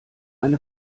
eine